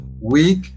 week